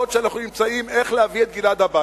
שאנחנו נמצאים בה בשאלה איך להביא את גלעד הביתה.